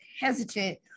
hesitant